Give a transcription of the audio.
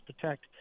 protect